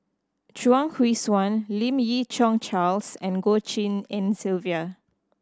Chuang Hui Tsuan Lim Yi Yong Charles and Goh Tshin En Sylvia